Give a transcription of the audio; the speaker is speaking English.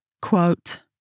Quote